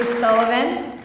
sullivan.